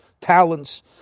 talents